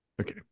Okay